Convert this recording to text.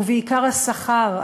ובעיקר השכר,